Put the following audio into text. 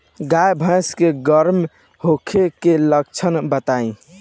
गाय भैंस के गर्म होखे के लक्षण बताई?